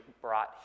brought